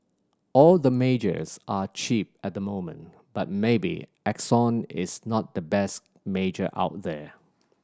all the majors are cheap at the moment but maybe Exxon is not the best major out there